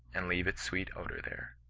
and leave its sweet odour there.